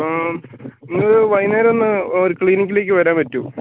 അപ്പോൾ ഇന്നു വൈകുന്നേരം ഒന്ന് ക്ലിനിക്കിലേക്ക് വരാൻ പറ്റുമോ